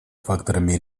факторами